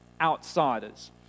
outsiders